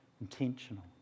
intentional